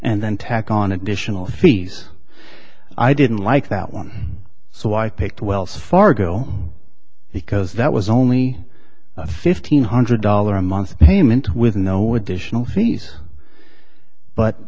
and then tack on additional fees i didn't like that one so i picked wells fargo because that was only fifteen hundred dollars a month payment with no additional fees but